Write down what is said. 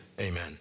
amen